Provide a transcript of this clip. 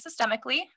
systemically